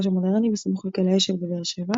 ומודרני בסמוך לכלא "אשל" בבאר שבע.